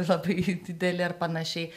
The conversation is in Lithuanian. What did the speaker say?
labai dideli ar panašiai